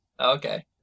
Okay